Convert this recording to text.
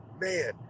man